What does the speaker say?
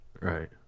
right